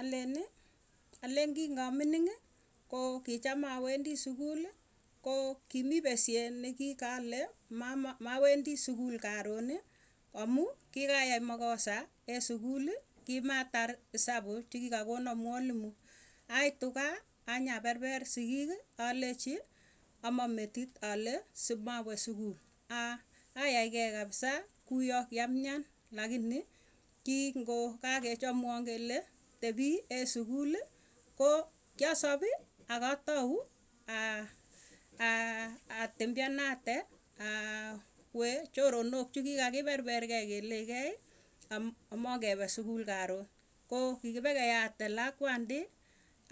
Aleni alen kingamining'ii koo kicham awendi sukuli, koo kimii pesyet nekikale mawendi sukuli karon amu kikayai makosa eng sukul kimatar hesabuk chekikakona mwalimu. Aitu kaa nyaberber sikik alechi amametit, ale simawe sukul ayaikei kabisa kuyaa kiamian lakini kingokakechamwon kele tebii eng sukul kokiasab akatau atembeanate awe choronok chekikakiberberkei keleikei. amokebe sukul karon kokikibe keyaate lakwandi